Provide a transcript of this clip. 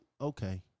Okay